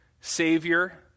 savior